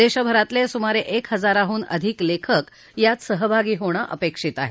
देशभरातले सुमारे एक हजाराहून अधिक लेखक यात सहभागी होणं अपेक्षित आहे